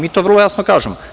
Mi to vrlo jasno kažemo.